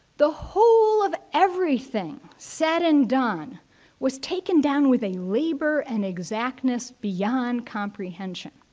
the whole of every thing said and done was taken down with a labor and exactness beyond comprehension.